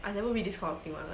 I never read this kind of thing [one]